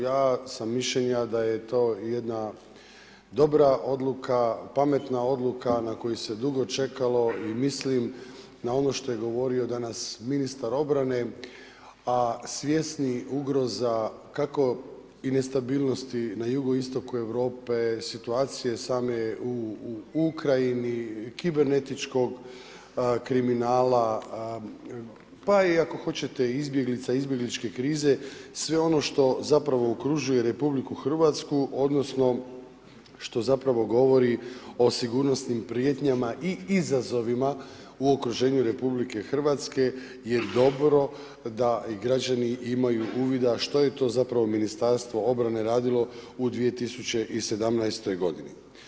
Ja sam mišljenja da je to jedna dobra odluka, pametna odluka na koju se dugo čekalo i mislim na ono što je govorio danas ministar obrane, a svjesni ugroza kako i nestabilnosti na jugoistoku Europe i situacije same u Ukrajini, kibernetičkog kriminala pa i ako hoćete i izbjeglica i izbjegličke krize, sve ono što zapravo okružuje RH, odnosno što zapravo govori o sigurnosnim prijetnjama i izazovima u okruženju RH je dobro da građani imaju uvida što je to zapravo Ministarstvo obrane radilo u 2017. godini.